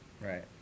right